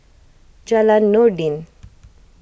Jalan Noordin